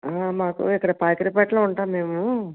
మాకు ఇక్కడ పాకిరిపట్టలో ఉంటాం మేము